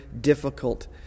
difficult